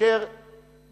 כאשר